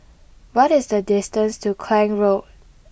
what is the distance to Klang Road